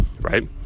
right